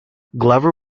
glover